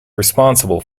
responsible